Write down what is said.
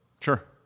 Sure